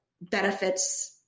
benefits